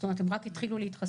זאת אומרת הם רק התחילו להתחסן.